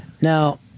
Now